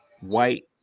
white